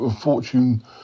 fortune